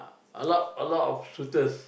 a lot a lot of shooters